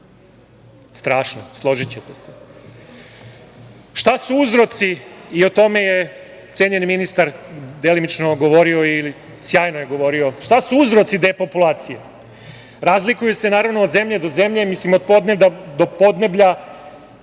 Strašno, složićete se. Šta su uzroci i o tome je cenjeni ministar delimično govorio i sjajno je govorio, šta su uzroci depopulacije? Razlikuju se naravno od zemlje do zemlje, mislim od podneblja